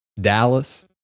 dallas